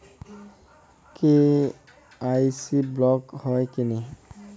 KYC block হয় কেনে?